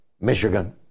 Michigan